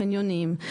חניונים,